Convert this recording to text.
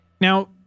Now